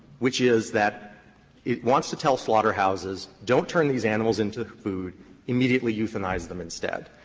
which is that it wants to tell slaughterhouses don't turn these animals into food immediately euthanize them instead,